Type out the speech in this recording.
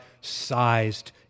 sized